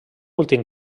últim